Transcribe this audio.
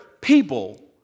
people